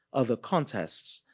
other contests,